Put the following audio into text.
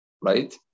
right